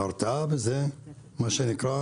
ההרתעה, זה מה שנקרא